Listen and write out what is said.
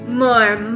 more